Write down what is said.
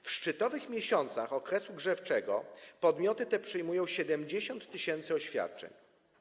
W szczytowych miesiącach okresu grzewczego podmioty te przyjmują 70 tys. oświadczeń.